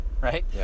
right